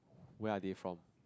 where are they from